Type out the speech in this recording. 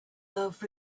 love